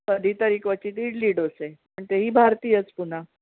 कधीतरी क्वचित इडली डोसे आणि तेही भारतीयच पुन्हा